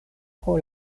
pro